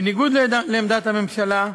בניגוד לעמדת הממשלה,